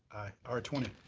r twenty.